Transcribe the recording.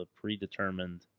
predetermined